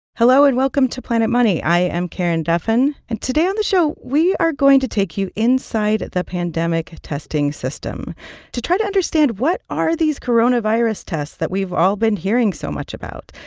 hello and welcome to planet money. i am karen duffin. and today on the show, we are going to take you inside the pandemic testing system to try to understand what are these coronavirus tests that we've all been hearing so much about.